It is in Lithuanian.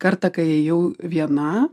kartą kai ėjau viena